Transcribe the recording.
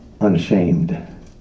unashamed